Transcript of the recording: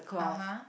(uh huh)